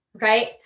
right